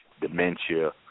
dementia